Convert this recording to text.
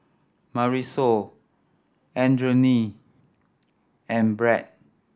Marisol Adriane and Brad